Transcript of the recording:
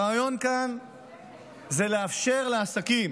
הרעיון כאן זה לאפשר לעסקים